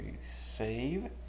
save